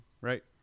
right